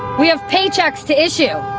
we have paychecks to issue.